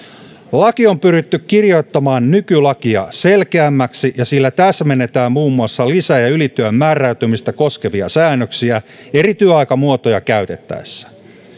laki on pyritty kirjoittamaan nykylakia selkeämmäksi ja sillä täsmennetään muun muassa lisä ja ylityön määräytymistä koskevia säännöksiä eri työaikamuotoja käytettäessä